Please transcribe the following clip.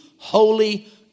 Holy